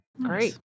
Great